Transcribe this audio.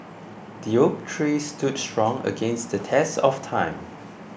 the oak tree stood strong against the test of time